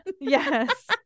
Yes